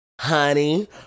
Honey